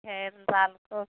है राल्को